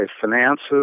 finances